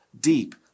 deep